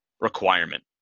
requirement